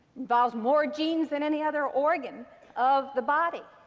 involves more genes than any other organ of the body.